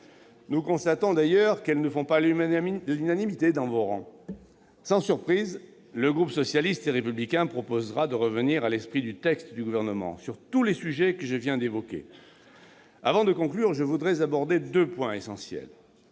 Nous constatons d'ailleurs qu'une telle position ne fait pas l'unanimité dans vos rangs. Sans surprise, le groupe socialiste et républicain proposera de revenir à l'esprit du texte du Gouvernement sur tous les sujets que je viens d'évoquer. Avant de conclure, je voudrais encore aborder deux points essentiels.